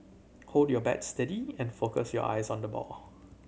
hold your bat steady and focus your eyes on the ball